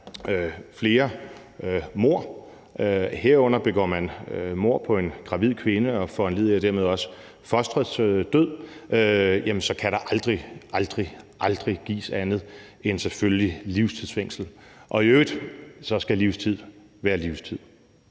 flere mord, herunder mord på en gravid kvinde og foranlediger dermed også fosterets død, så kan der selvfølgelig aldrig – aldrig – gives andet end livstidsfængsel, og i øvrigt skal livstid være livstid.